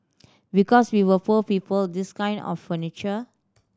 because we were poor people this kind of furniture